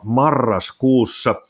marraskuussa